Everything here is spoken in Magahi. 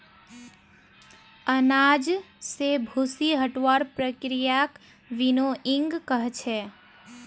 अनाज स भूसी हटव्वार प्रक्रियाक विनोइंग कह छेक